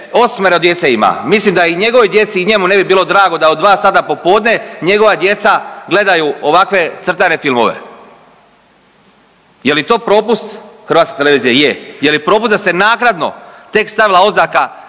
osmero djece ima. Mislim da i njegovoj djeci i njemu ne bi bilo drago da od dva sata popodne njegova djeca gledaju ovakve crtane filmove. Je li to propust Hrvatske televizije? Je. Je li propust da se naknadno tek stavila oznaka